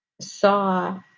saw